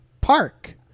park